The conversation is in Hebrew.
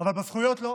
אבל בזכויות לא,